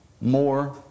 more